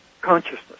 consciousness